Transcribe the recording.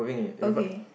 okay